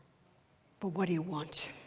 but what do you want?